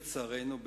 לצערנו,